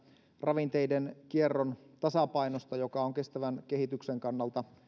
ravinteiden kierron tasapainosta joka on kestävän kehityksen kannalta